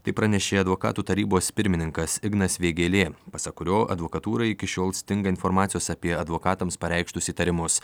tai pranešė advokatų tarybos pirmininkas ignas vėgėlė pasak kurio advokatūrai iki šiol stinga informacijos apie advokatams pareikštus įtarimus